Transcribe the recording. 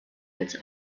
als